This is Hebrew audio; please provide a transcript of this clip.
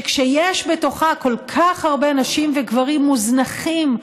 וכשיש בתוכה כל כך הרבה נשים וגברים מוזנחים,